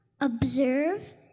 observe